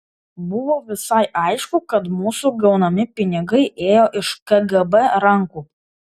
buvo visai aišku kad mūsų gaunami pinigai ėjo iš kgb rankų